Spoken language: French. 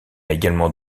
également